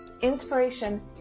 inspiration